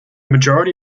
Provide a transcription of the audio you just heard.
majority